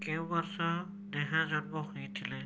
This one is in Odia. କେଉଁ ବର୍ଷ ନେହା ଜନ୍ମ ହୋଇଥିଲେ